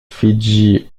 fidji